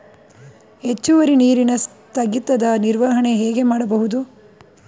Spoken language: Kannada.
ಹೆಚ್ಚುವರಿ ನೀರಿನ ಸ್ಥಗಿತದ ನಿರ್ವಹಣೆ ಹೇಗೆ ಮಾಡಬಹುದು?